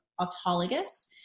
autologous